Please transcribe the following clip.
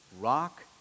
rock